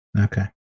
Okay